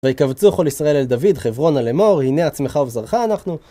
וייקבצו חול ישראל אל דוד, חברון אל אמור, הנה עצמך וזרעך אנחנו